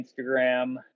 Instagram